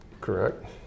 Correct